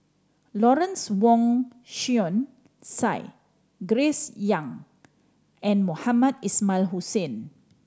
Lawrence Wong Shyun Tsai Grace Young and Mohamed Ismail Hussain